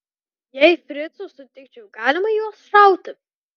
jei fricų sutikčiau galima į juos šauti